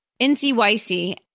NCYC